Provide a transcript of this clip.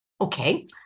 Okay